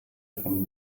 von